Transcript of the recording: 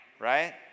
right